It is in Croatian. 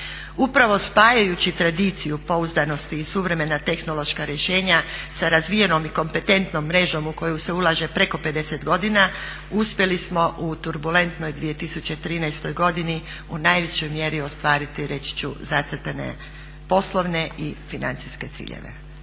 Upravo spajajući tradiciju pouzdanosti i suvremena tehnološka rješenja sa razvijenom i kompetentnom mrežom u koju se ulaže preko 50 godina uspjeli smo u turbulentnoj 2013. godini u najvećoj mjeri ostvariti, reći ću zacrtane poslovne i financijske ciljeve.